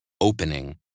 opening